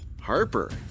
Harper